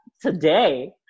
today